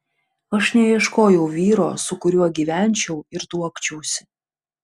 aš neieškojau vyro su kuriuo gyvenčiau ir tuokčiausi